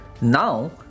Now